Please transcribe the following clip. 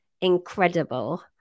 incredible